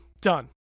Done